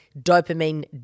dopamine